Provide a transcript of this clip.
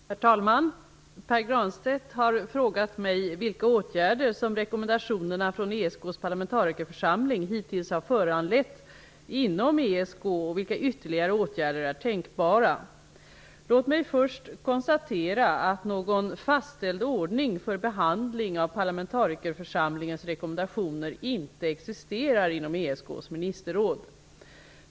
Herr talman! Pär Granstedt har frågat mig vilka åtgärder som rekommendationerna från ESK:s parlamentarikerförsamling hittills har föranlett inom ESK och vilka ytterligare åtgärder som är tänkbara. Låt mig först konstatera att någon fastställd ordning för behandling av parlamentarikerförsamlingens rekommendationer inte existerar inom ESK:s ministerråd.